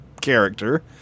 character